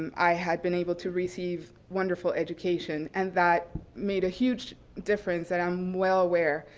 um i had been able to receive wonderful education, and that made a huge difference that i'm well aware.